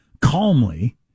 calmly